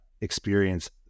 experience